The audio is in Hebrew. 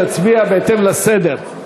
נצביע בהתאם לסדר.